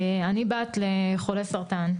אני בת לחולה סרטן,